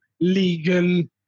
legal